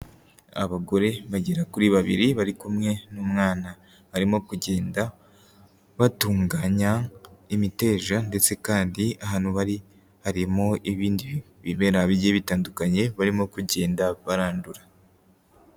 Abagore bagera kuri babiri bari kumwe n'umwana, barimo kugenda batunganya imiteja ndetse kandi ahantu bari harimo ibindi bimera bigiye bitandukanye barimo kugenda barandura.